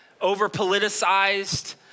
Over-politicized